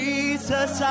Jesus